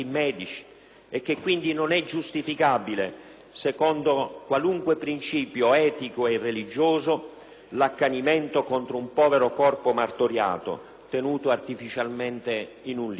che, quindi, non è giustificabile, secondo qualunque principio etico e religioso, l'accanimento contro un povero corpo martoriato, tenuto artificialmente in un limbo.